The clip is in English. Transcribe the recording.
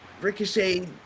Ricochet